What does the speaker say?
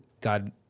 God-